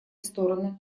стороны